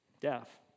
deaf